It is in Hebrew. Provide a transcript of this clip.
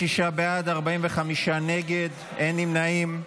36 בעד, 45 נגד, אין נמנעים.